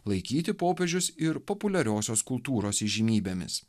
laikyti popiežius ir populiariosios kultūros įžymybėmis